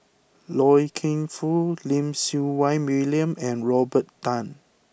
Loy Keng Foo Lim Siew Wai William and Robert Tan